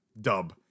dub